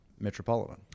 Metropolitan